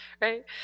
Right